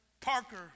Parker